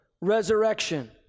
resurrection